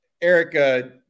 Eric